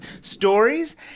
Stories